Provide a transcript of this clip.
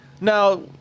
Now